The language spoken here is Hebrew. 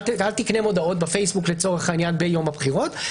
לצורך העניין: אל תקנה מודעות בפייסבוק לצורך העניין ביום הבחירות,